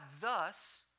thus